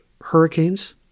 hurricanes